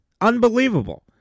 unbelievable